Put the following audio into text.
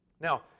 Now